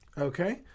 Okay